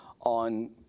on